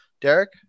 Derek